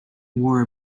wore